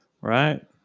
Right